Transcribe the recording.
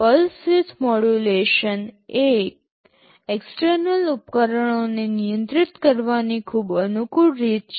pulse width modulation એ external ઉપકરણોને નિયંત્રિત કરવાની ખૂબ અનુકૂળ રીત છે